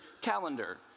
calendar